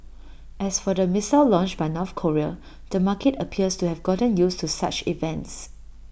as for the missile launch by North Korea the market appears to have gotten used to such events